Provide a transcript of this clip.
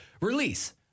release